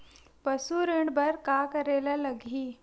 पशु ऋण बर का करे ला लगही?